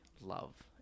love